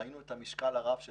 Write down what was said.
ראינו את המשקל הרב של